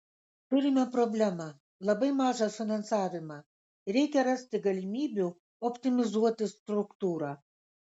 turime problemą labai mažą finansavimą reikia rasti galimybių optimizuoti struktūrą